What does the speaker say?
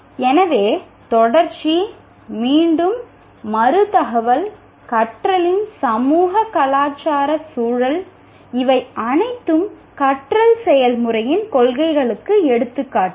எனவே தொடர்ச்சி மீண்டும் மறு தகவல் கற்றலின் சமூக கலாச்சார சூழல் இவை அனைத்தும் கற்றல் செயல்முறையின் கொள்கைகளுக்கு எடுத்துக்காட்டுகள்